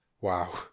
Wow